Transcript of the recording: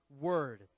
word